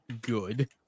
good